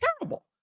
terrible